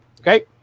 okay